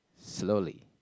slowly